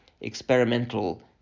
experimental